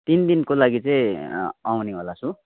तिन दिनको लागि चाहिँ आउनेवाला छु